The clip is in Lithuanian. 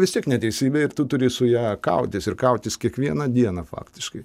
vis tiek neteisybė ir tu turi su ja kautis ir kautis kiekvieną dieną faktiškai